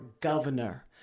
governor